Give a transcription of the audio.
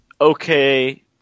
okay –